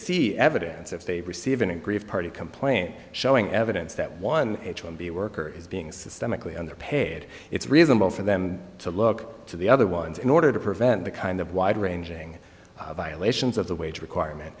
see evidence if they receive an aggrieved party complaint showing evidence that one h one b worker is being systemically underpaid it's reasonable for them to look to the other ones in order to prevent the kind of wide ranging violations of the wage requirement